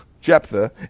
Jephthah